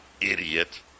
Idiot